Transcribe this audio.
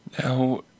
Now